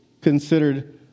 considered